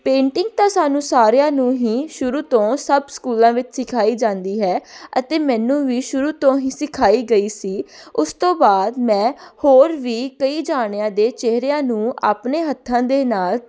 painting ਤਾਂ ਸਾਨੂੰ ਸਾਰਿਆਂ ਨੂੰ ਹੀ ਸ਼ੁਰੂ ਤੋਂ ਸਭ ਸਕੂਲਾਂ ਵਿੱਚ ਸਿਖਾਈ ਜਾਂਦੀ ਹੈ ਅਤੇ ਮੈਨੂੰ ਵੀ ਸ਼ੁਰੂ ਤੋਂ ਹੀ ਸਿਖਾਈ ਗਈ ਸੀ ਉਸ ਤੋਂ ਬਾਅਦ ਮੈਂ ਹੋਰ ਵੀ ਕਈ ਜਣਿਆਂ ਦੇ ਚਿਹਰਿਆਂ ਨੂੰ ਆਪਣੇ ਹੱਥਾਂ ਦੇ ਨਾਲ